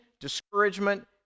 discouragement